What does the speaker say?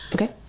Okay